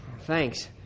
Thanks